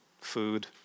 food